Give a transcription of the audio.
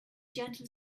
gentle